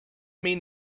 mean